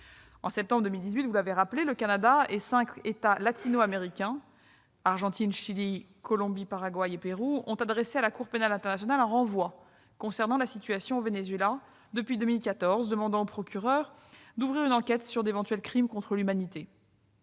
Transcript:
En septembre 2018, le Canada et cinq États latino-américains- Argentine, Chili, Colombie, Paraguay et Pérou -ont adressé à la Cour pénale internationale un renvoi concernant la situation au Venezuela depuis février 2014 et demandant au procureur d'ouvrir une enquête sur d'éventuels crimes contre l'humanité.